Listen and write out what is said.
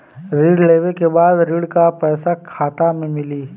ऋण लेवे के बाद ऋण का पैसा खाता में मिली?